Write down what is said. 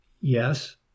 Yes